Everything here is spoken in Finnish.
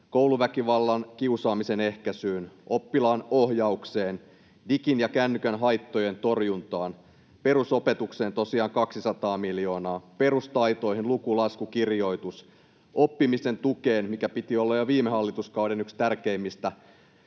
kouluväkivallan ja kiusaamisen ehkäisyyn, oppilaan ohjaukseen, digin ja kännykän haittojen torjuntaan, perusopetukseen tosiaan 200 miljoonaa, perustaitoihin — luku, lasku, kirjoitus —, oppimisen tukeen, minkä piti olla jo viime hallituskauden yksi tärkeimmistä